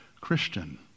Christian